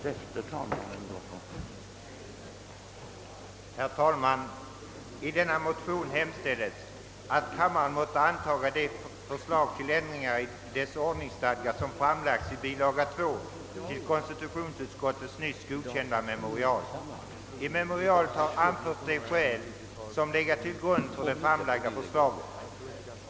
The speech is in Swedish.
Herr talman! I denna motion hemställes, att kammaren måtte antaga de förslag till ändringar i dess ordningsstadga som framlagts i bilaga 2 till konstitutionsutskottets nyss godkända memorial. I memorialet har anförts de skäl som legat till grund för de framlagda förslagen.